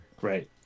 Right